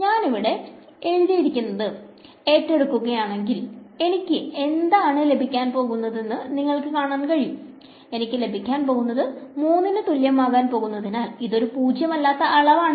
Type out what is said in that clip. ഞാൻ ഇവിടെ ഏറ്റെടുക്കുകയാണെങ്കിൽ എനിക്ക് എന്താണ് ലഭിക്കാൻ പോകുന്നതെന്ന് നിങ്ങൾക്ക് കാണാൻ കഴിയും എനിക്ക് ലഭിക്കാൻ പോകുന്നത് 3 ന് തുല്യമാകാൻ പോകുന്നതിനാൽ ഇത് പൂജ്യമല്ലാത്ത അളവാണ്